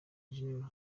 gen